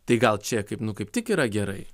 tai gal čia kaip nu kaip tik yra gerai